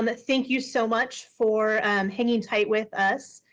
and thank you so much for hanging tight with us.